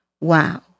Wow